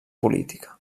política